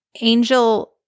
Angel